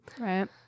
Right